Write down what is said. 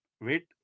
wait